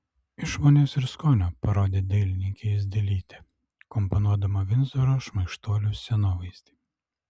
išmonės ir skonio parodė dailininkė idzelytė komponuodama vindzoro šmaikštuolių scenovaizdį